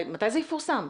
מתי זה יפורסם?